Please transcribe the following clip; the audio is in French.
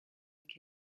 avec